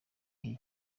gihe